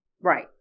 Right